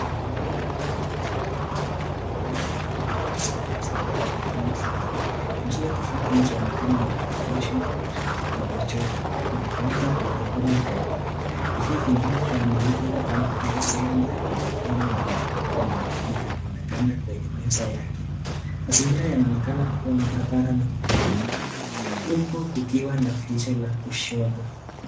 Mwanaume aliyefaa koti jeupe cha mahabara akifanya jaribio la kisayansi na kipimo fulani, ameshika kifaa kinachoonekana akiyeyusha kipima joto na akiweka kwenye moto, vifaa vingine vya mahabara kama vile cylinder aliopima na mkobo mengine yanaonekana kwenye meza yake, mazingira yanaonekana kuwa mahabara na huku ukiwa na diirisha ya kishoto.